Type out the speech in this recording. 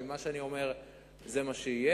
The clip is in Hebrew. אם מה שאני אומר זה מה שיהיה.